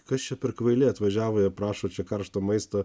kas čia per kvaili atvažiavo jie prašo čia karšto maisto